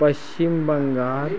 Paschim Bengal